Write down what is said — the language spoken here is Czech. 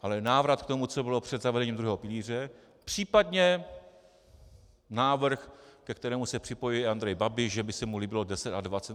Ale návrat k tomu, co bylo před zavedením druhého pilíře, případně návrh, ke kterému se připojuje Andrej Babiš, že by se mu líbilo 10 a 20.